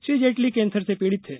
Shri Jaitley cancer से पीड़ित थे